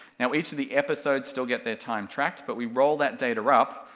now each of the episodes still get their time tracked, but we roll that data up,